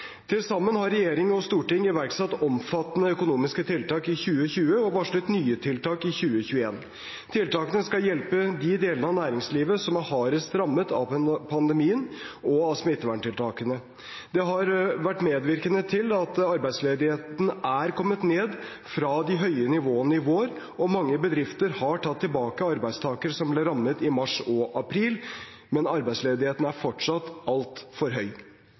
Til sammen har regjering og storting iverksatt omfattende økonomiske tiltak i 2020 og varslet nye tiltak i 2021. Tiltakene skal hjelpe de delene av næringslivet som er hardest rammet av pandemien og av smitteverntiltakene. Det har vært medvirkende til at arbeidsledigheten er kommet ned fra de høye nivåene i vår, og mange bedrifter har tatt tilbake arbeidstakere som ble rammet i mars og april, men arbeidsledigheten er fortsatt altfor høy.